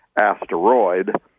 asteroid